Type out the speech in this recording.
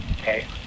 Okay